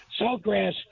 Saltgrass